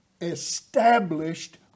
established